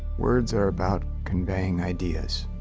words are about conveying ideas.